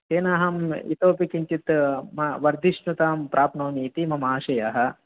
तेन अहं इतोऽपि किञ्चित् वर्धिष्णुतां प्राप्नोमि इति मम आशयः